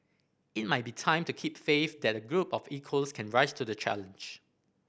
it might be time to keep faith that a group of equals can rise to the challenge